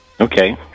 Okay